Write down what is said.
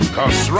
Cause